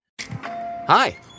Hi